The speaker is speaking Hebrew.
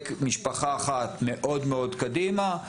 משפחה אחת מאוד מאוד קדימה,